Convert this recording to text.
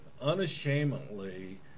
unashamedly